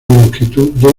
longitud